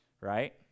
Right